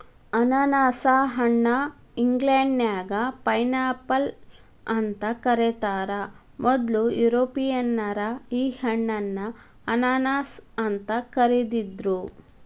ಅನಾನಸ ಹಣ್ಣ ಇಂಗ್ಲೇಷನ್ಯಾಗ ಪೈನ್ಆಪಲ್ ಅಂತ ಕರೇತಾರ, ಮೊದ್ಲ ಯುರೋಪಿಯನ್ನರ ಈ ಹಣ್ಣನ್ನ ಅನಾನಸ್ ಅಂತ ಕರಿದಿದ್ರು